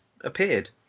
appeared